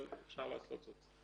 אבל אפשר לעשות זאת.